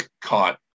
caught